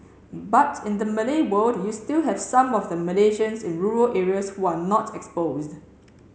but in the Malay world you still have some of the Malaysians in rural areas who are not exposed